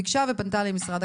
ביקשתי ופניתי למשרד הכלכלה,